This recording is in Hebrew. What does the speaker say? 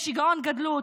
עם שיגעון גדלות.